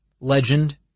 legend